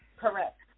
Correct